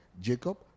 Jacob